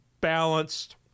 balanced